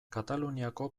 kataluniako